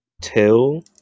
Till